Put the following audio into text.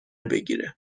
بگیره